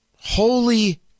Holy